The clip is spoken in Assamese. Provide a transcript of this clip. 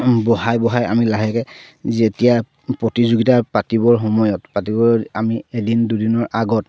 বঢ়াই বঢ়াই আমি লাহেকে যেতিয়া প্ৰতিযোগিতা পাতিবৰ সময়ত পাতিব আমি এদিন দুদিনৰ আগত